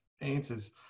answers